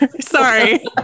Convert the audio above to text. sorry